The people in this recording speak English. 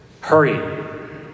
Hurry